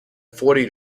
forty